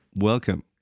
Welcome